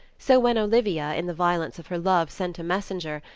so when olivia, in the violence of her love sent a messenger,